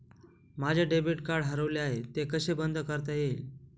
माझे debit card हरवले आहे ते कसे बंद करता येईल?